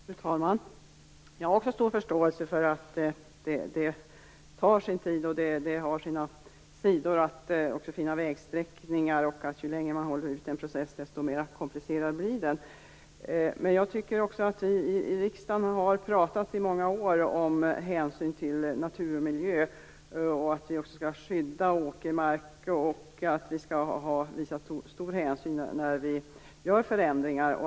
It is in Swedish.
Fru talman! Jag har också stor förståelse för att det tar sin tid och har sina sidor att också finna vägsträckningar och att ju längre tid en process pågår, desto mer komplicerad blir den. Men jag tycker också att vi i riksdagen i många år har talat om hänsyn till natur och miljö, att vi skall skydda åkermark och att vi skall visa stor hänsyn när vi gör förändringar.